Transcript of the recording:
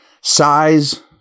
size